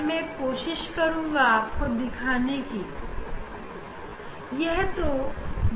मैं आपको दिखाने की कोशिश करुंगा